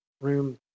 room